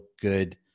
good